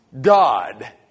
God